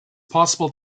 possible